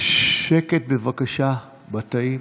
שקט בבקשה בתאים.